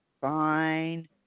fine